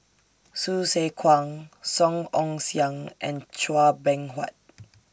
Hsu Tse Kwang Song Ong Siang and Chua Beng Huat